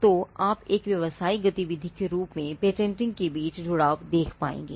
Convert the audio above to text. तो आप एक व्यावसायिक गतिविधि के रूप में पेटेंटिंग के बीच जुड़ाव देख पाएंगे